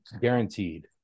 guaranteed